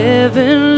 Heaven